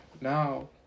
now